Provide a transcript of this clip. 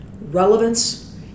relevance